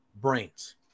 brains